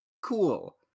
cool